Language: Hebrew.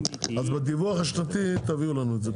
אז בדיווח השנתי, תביאו לנו את זה.